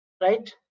right